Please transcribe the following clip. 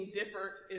different